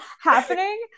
happening